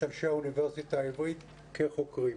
את אנשי האוניברסיטה העברית כחוקרים.